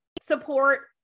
support